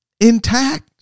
intact